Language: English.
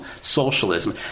socialism